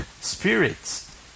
spirits